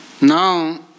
Now